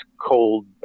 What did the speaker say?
cold